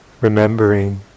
remembering